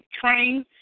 train